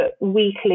weekly